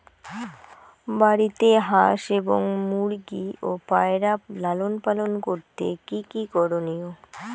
বাড়িতে হাঁস এবং মুরগি ও পায়রা লালন পালন করতে কী কী করণীয়?